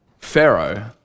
Pharaoh